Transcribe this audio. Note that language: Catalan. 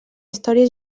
història